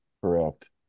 Correct